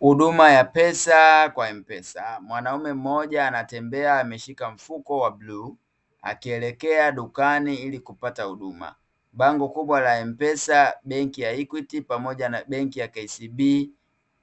Huduma ya pesa kwa "m-pesa" mwanaume mmoja anatembea ameshika mfuko wa bluu, akielekea dukani ili kupata huduma. Bango kubwa la "m-pesa" , benki ya "equit" pamoja na benki ya "kcb"